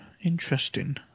interesting